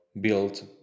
built